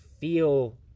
feel